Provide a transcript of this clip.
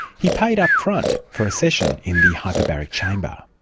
he paid up-front for a session in the hyperbaric chamber.